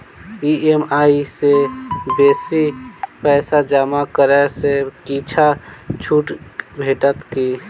EMI सँ बेसी पैसा जमा करै सँ किछ छुट भेटत की?